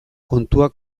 kontua